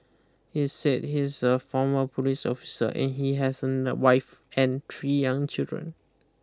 he said he's a former police officer and he has a wife and three young children